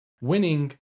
Winning